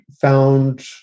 found